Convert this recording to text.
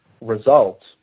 results